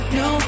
no